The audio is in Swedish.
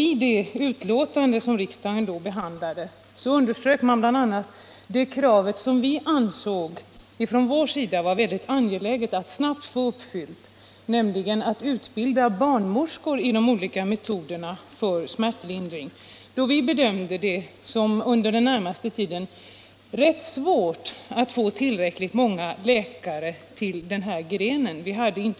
I det betänkande som riksdagen då behandlade underströk man bl.a. det krav som vi ansåg vara mycket angeläget att snabbt få uppfyllt, nämligen att barnmorskor skulle utbildas i de olika metoderna av smärtlindring. Vi bedömde det som under den närmaste tiden rätt svårt att få tillräckligt många läkare till förlossningsvården. Vi hade,